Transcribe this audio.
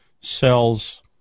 sells